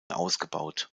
ausgebaut